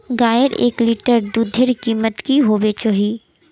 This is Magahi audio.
गायेर एक लीटर दूधेर कीमत की होबे चही?